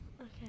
Okay